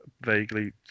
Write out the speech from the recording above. vaguely